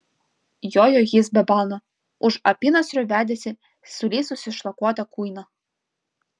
jojo jis be balno už apynasrio vedėsi sulysusį šlakuotą kuiną